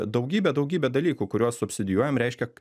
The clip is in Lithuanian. daugybę daugybę dalykų kuriuos subsidijuojam reiškia